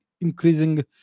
increasing